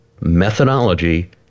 methodology